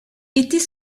était